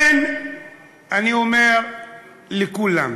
אני אומר לכולם: